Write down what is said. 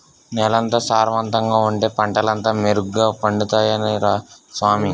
నేలెంత సారవంతంగా ఉంటే పంటలంతా మెరుగ్గ పండుతాయ్ రా సామీ